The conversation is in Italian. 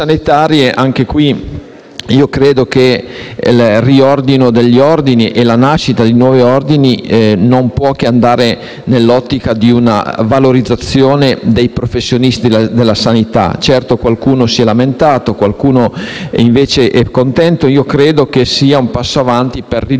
anche in questo caso credo che il riordino degli ordini e la nascita di nuovi ordini non possa che inserirsi nell'ottica di una valorizzazione dei professionisti della sanità. Certo, qualcuno si è lamentato, qualcuno invece è contento. Io credo che sia un passo avanti per ridare